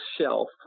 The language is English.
shelf